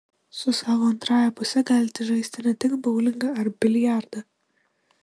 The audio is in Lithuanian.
su savo antrąja puse galite žaisti ne tik boulingą ar biliardą